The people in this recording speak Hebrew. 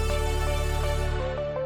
נתקבלה.